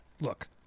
Look